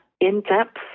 in-depth